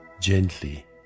gently